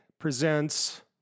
presents